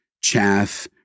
Chaff